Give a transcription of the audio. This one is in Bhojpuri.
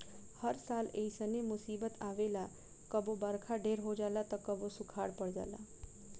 हर साल ऐइसने मुसीबत आवेला कबो बरखा ढेर हो जाला त कबो सूखा पड़ जाला